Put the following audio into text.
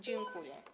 Dziękuję.